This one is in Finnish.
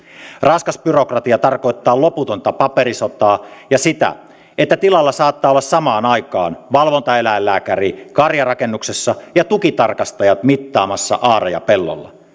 raskas byrokratia tarkoittaa loputonta paperisotaa ja sitä että tilalla saattaa olla samaan aikaan valvontaeläinlääkäri karjarakennuksessa ja tukitarkastajat mittaamassa aareja pellolla